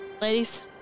Ladies